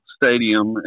stadium